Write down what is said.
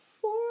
four